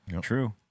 true